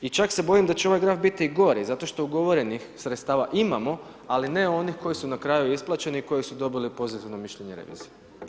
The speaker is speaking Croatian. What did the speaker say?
I čak se bojim da će ovaj graf biti i gori zato što ugovorenih sredstava imamo ali ne onih koji su nakraju isplaćeni i koji su dobili pozitivno mišljenje revizije.